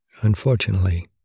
Unfortunately